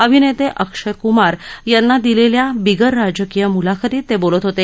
अभिनेते अक्षयकुमार यांना दिलेल्या बिगर राजकीय मुलाखतीत ते बोलत होते